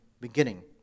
beginning